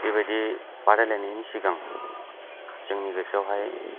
बेबायदि बादायलायनायनि सिगां जोंनि गोसोआवहाय